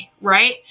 right